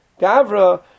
Gavra